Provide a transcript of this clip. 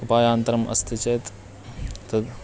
उपायान्तरम् अस्ति चेत् तद्